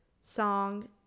song